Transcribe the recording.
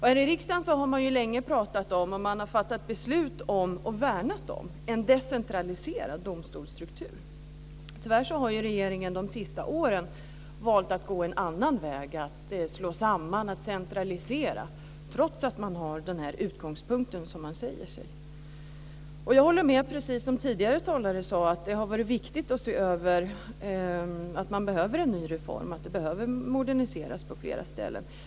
Här i riksdagen har vi länge pratat om, fattat beslut om och värnat om en decentraliserad domstolsstruktur. Tyvärr har regeringen valt att gå en annan väg de senaste åren och slagit samman och centraliserat, trots att man har den här utgångspunkten. Jag håller med de tidigare talarna om att man behöver en ny reform. Det behöver moderniseras på flera ställen.